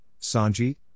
Sanji